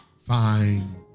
fine